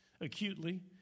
acutely